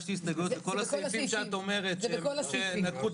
הגשתי הסתייגויות לכל הסעיפים שאת אומרת שהאוצר לקח את